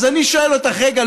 אז אני שואל אותך רגע,